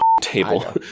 table